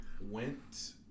went